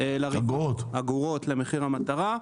אגורות למחיר המטרה.